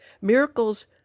Miracles